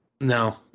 No